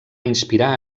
inspirar